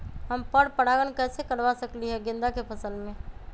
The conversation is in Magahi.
हम पर पारगन कैसे करवा सकली ह गेंदा के फसल में?